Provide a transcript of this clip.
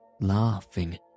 laughing